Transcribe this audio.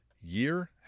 year